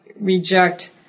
reject